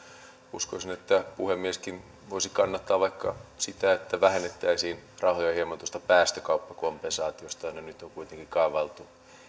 uskoisin että puhemieskin voisi kannattaa vaikka sitä että vähennettäisiin rahoja hieman tuosta päästökauppakompensaatiosta jonne nyt on kuitenkin kaavailtu